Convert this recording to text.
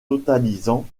totalisant